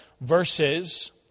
verses